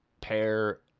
pair